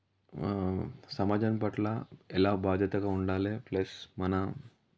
సమాజం పట్ల ఎలా బాధ్యతగా ఉండాలి ప్లస్ మన